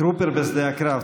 טרוּפּר, בשדה הקרב.